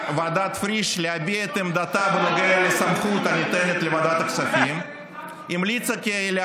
ויאיר לפיד הזה הגיע לוועדת הכספים וביקש לא